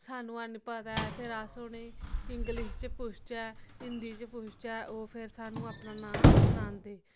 सानूं ऐ निं पता ऐ फिर अस उ'नें गी इंग्लिश च पुछचै हिंदी च पुछचै ओह् फिर सानूं अपना नांऽ सनांदे